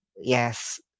yes